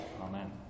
Amen